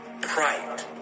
pride